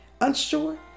Unsure